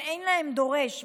שאין להם דורש,